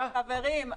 להם ------ חברים,